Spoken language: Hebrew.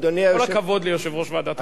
עם כל הכבוד ליושב-ראש ועדת החוקה.